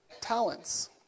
talents